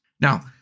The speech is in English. Now